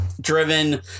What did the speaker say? driven